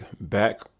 back